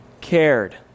cared